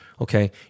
Okay